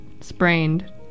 sprained